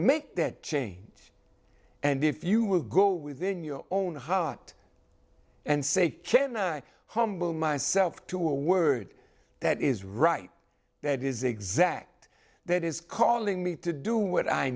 make that change and if you will go within your own heart and say can i humble myself to a word that is right that is exact that is calling me to do what i